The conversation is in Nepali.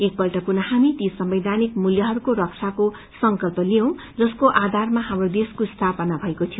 एकपल्ट पुनः हामी ती संवैधानिक मूल्यहरूको रक्षाको संकल्प लिऔ जसको आधारमा हाम्रो देशको स्थापना भएको थियो